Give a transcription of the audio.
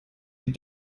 die